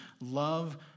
love